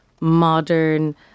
modern